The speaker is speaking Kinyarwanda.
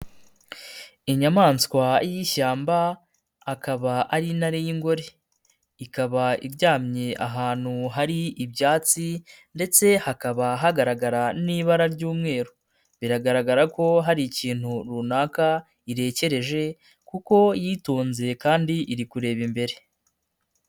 Inyamaswa y'ishyamba akaba ari intare y'ingore, ikaba iryamye ahantu hari ibyatsi ndetse hakaba hagaragara n'ibara ry'umweru. Biragaragara ko hari ikintu runaka irekereje kuko yitonze kandi iri kureba imbere.